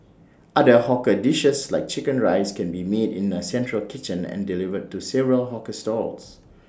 other hawker dishes like Chicken Rice can be made in A central kitchen and delivered to several hawker stalls